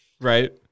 Right